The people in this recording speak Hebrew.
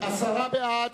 עשרה בעד,